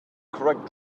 correct